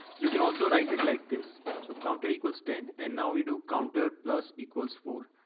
you can also write it like this. so counter equals ten and now we do counter plus equals four.